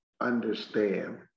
understand